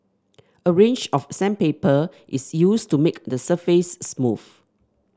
a range of sandpaper is used to make the surface smooth